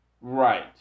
Right